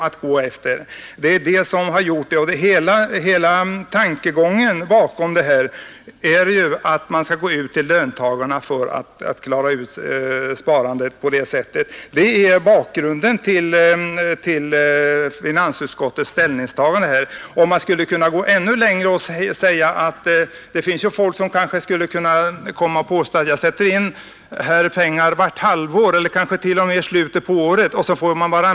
Tankegången bakom finansutskottets ställningstagande är ju att man skall gå ut till löntagarna för att på det sättet öka sparandet. Det skulle kunna tänkas att en del personer ville sätta in pengar halvårsvis eller kanske t.o.m. i slutet på året.